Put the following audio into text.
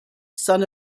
son